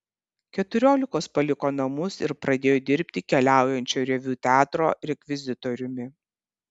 keturiolikos paliko namus ir pradėjo dirbti keliaujančio reviu teatro rekvizitoriumi